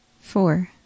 four